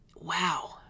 Wow